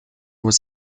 was